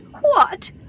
What